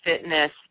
fitness